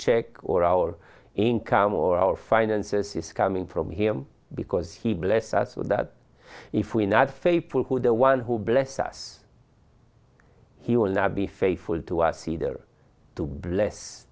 check or our income or our finances is coming from him because he blessed us with that if we not faithful who the one who bless us he will not be faithful to us either to bless